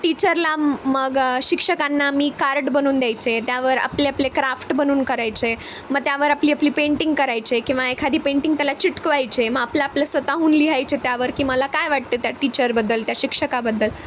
टीचरला मग शिक्षकांना मी कार्ड बनवून द्यायचे त्यावर आपले आपले क्राफ्ट बनवून करायचे मग त्यावर आपली आपली पेंटिंग करायचे किंवा एखादी पेंटिंग त्याला चिकटवायचे मग आपलं आपलं स्वतःहून लिहायचे त्यावर की मला काय वाटते त्या टीचरबद्दल त्या शिक्षकाबद्दल